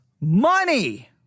money